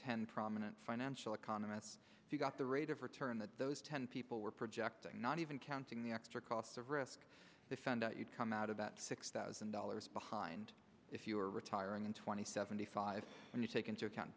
ten prominent financial economists if you got the rate of return that those ten people were projecting not even counting the extra cost of risk they found out you'd come out of that six thousand dollars behind if you are retiring in two thousand and seventy five when you take into account